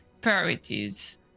priorities